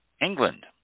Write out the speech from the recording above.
England